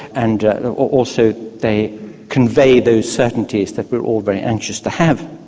and also they convey those certainties that we're all very anxious to have.